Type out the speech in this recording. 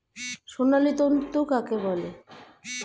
সোনালী তন্তু কাকে বলে?